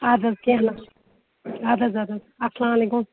اَدٕ حظ کیٚنٛہہ نہ حظ اَدٕ حظ ادٕ حظ السلام علیکُم